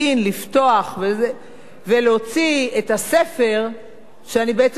ולהוציא את הספר שאני בעצם רציתי לקרוא.